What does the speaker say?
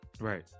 right